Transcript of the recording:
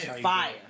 Fire